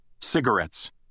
cigarettes